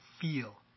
feel